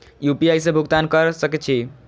UPI से भुगतान क सके छी?